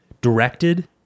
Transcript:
Directed